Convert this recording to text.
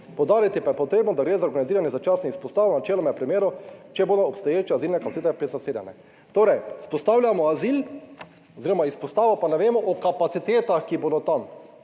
poudariti pa je potrebno, da gre za organiziranje začasnih izpostav. Načeloma je v primeru, če bodo obstoječe azilne kapacitete zasedene. Torej vzpostavljamo azil oziroma izpostavo, pa ne vemo o kapacitetah, ki bodo tam.